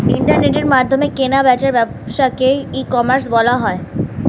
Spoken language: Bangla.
ইন্টারনেটের মাধ্যমে কেনা বেচার ব্যবসাকে ই কমার্স বলা হয়